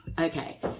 Okay